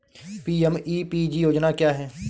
PMEPG योजना क्या है?